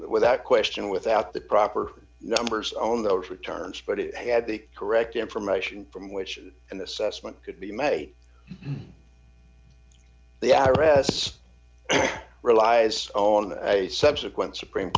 without question without the proper numbers on those returns but it had the correct information from which an assessment could be may be arris relies on a subsequent supreme